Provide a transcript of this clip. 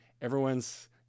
everyone's